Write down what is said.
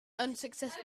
unsuccessful